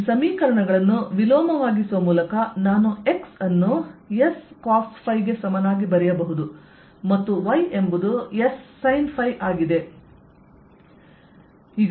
ಈ ಸಮೀಕರಣಗಳನ್ನು ವಿಲೋಮವಾಗಿಸುವ ಮೂಲಕ ನಾನು x ಅನ್ನು Scos ಗೆ ಸಮನಾಗಿ ಬರೆಯಬಹುದು ಮತ್ತು y ಎಂಬುದು Ssin ಆಗಿದೆ